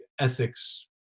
ethics